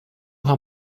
how